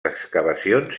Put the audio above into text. excavacions